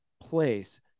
place